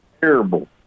terrible